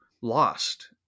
lost